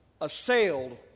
assailed